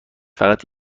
فقط